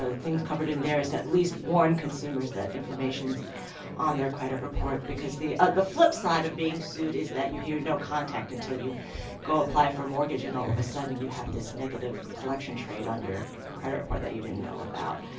ah things covered in there is, at least warn consumers that information's on their credit report, because the ah, the flip side of being sued is that you hear no contact until you go apply for a mortgage, and all of a sudden, you have this negative collection trade on your your credit report that you didn't know about.